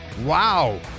Wow